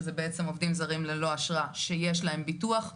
שזה בעצם עובדים זרים ללא אשרה שיש להם ביטוח,